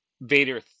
Vader